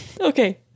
Okay